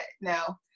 no